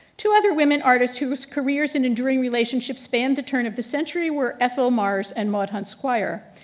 to other women artists whose careers and enduring relationship span the turn of the century where, ethel mars and maud hunt squire.